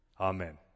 Amen